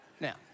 Now